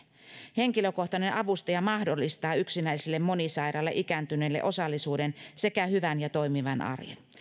henkilökohtainen avustaja mahdollistaa yksinäisille monisairaille ikääntyneille osallisuuden sekä hyvän ja toimivan arjen